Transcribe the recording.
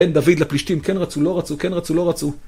בין דוד לפלישתים, כן רצו, לא רצו, כן רצו, לא רצו.